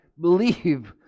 believe